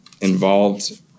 involved